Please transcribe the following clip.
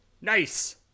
Nice